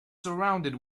surrounded